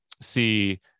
see